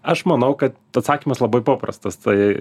aš manau kad atsakymas labai paprastas tai